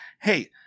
hey